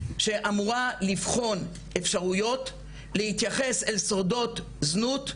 שאמורה לבחון אפשרויות להתייחס אל שורדות זנות,